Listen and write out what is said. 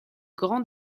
grand